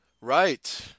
Right